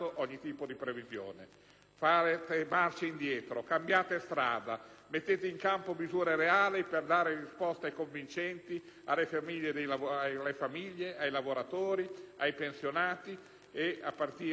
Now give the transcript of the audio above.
Fate marcia indietro, cambiate strada, mettete in campo misure reali per dare risposte convincenti alla famiglie, ai lavoratori, ai pensionati e a partire dai lavoratori precari.